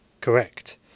correct